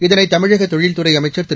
இதனை தமிழக தொழில்துறை அமைச்சர் திரு